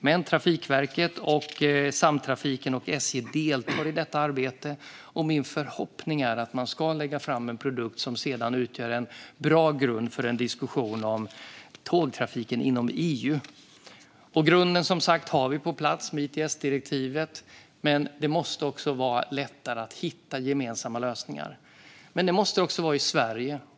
Men Trafikverket, Samtrafiken och SJ deltar i detta arbete, och min förhoppning är att man ska lägga fram en produkt som sedan utgör en bra grund för en diskussion om tågtrafiken inom EU. Grunden har vi som sagt på plats med ITS-direktivet. Men det måste också vara lättare att hitta gemensamma lösningar.